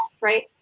right